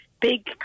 big